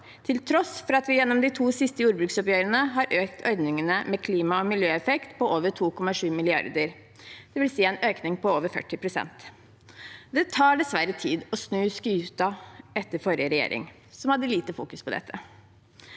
til tross for at vi gjennom de to siste jordbruksoppgjørene har økt ordningene for klima- og miljøeffekt med over 2,7 mrd. kr, dvs. en økning på over 40 pst. Det tar dessverre tid å snu skuta etter forrige regjering, som fokuserte lite på dette.